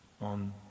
on